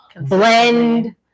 blend